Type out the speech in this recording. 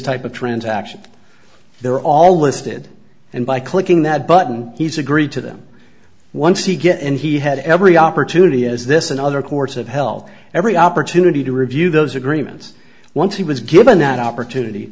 type of transaction they're all listed and by clicking that button he's agreed to them once he get in he had every opportunity as this and other courts have held every opportunity to review those agreements once he was given that opportunity